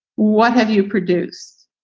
what have you produced?